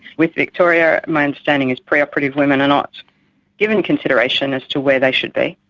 with victoria my understanding is preoperative women are not given consideration as to where they should be,